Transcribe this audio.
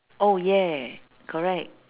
oh ya correct